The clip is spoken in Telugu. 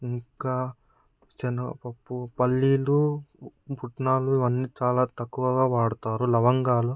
ఇంకా శనగపప్పు పల్లీలు పుట్నాలు ఇవన్నీ చాలా తక్కువగా వాడతారు లవంగాలు